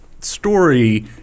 story